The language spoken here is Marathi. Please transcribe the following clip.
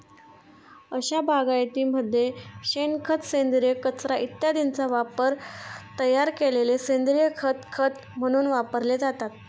अशा बागायतीमध्ये शेणखत, सेंद्रिय कचरा इत्यादींचा वापरून तयार केलेले सेंद्रिय खत खत म्हणून वापरले जाते